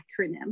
acronym